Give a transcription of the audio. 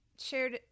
shared